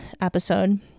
episode